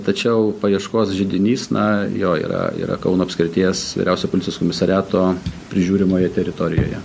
tačiau paieškos židinys na jo yra yra kauno apskrities vyriausiojo policijos komisariato prižiūrimoje teritorijoje